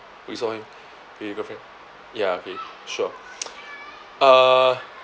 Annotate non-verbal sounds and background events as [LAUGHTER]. we saw him with girlfriend ya okay sure [NOISE] uh